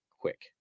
quick